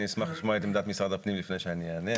אני אשמח לשמוע את עמדת משרד הפנים לפני שאני אענה.